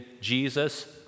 Jesus